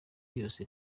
yose